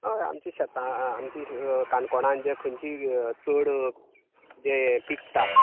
हय आमचे शेता आमचीं काणकोणा म्हणजे खंयची चड जें पिकता